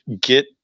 get